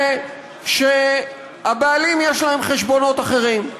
זה שלבעלים יש חשבונות אחרים.